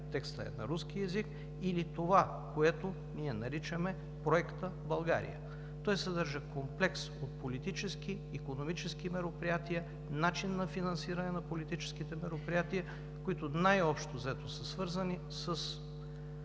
текстът е на руски език, или това, което ние наричаме „Проектът „България“. Той съдържа комплекс от политически, икономически мероприятия, начин на финансиране на политическите мероприятия, които най-общо взето са свързани с